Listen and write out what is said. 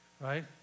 right